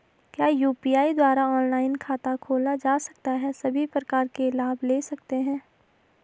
क्या यु.पी.आई द्वारा ऑनलाइन खाता खोला जा सकता है सभी प्रकार के लाभ ले सकते हैं?